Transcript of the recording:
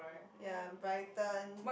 ya Brighton